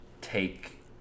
take